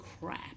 crap